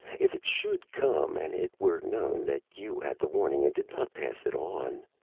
if it should come, and it were known that you had the warning and did not pass it on.